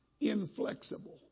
inflexible